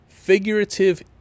Figurative